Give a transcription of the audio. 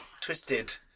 twisted